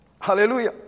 Hallelujah